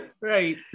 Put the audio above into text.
Right